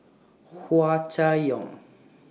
Hua Chai Yong